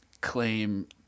claim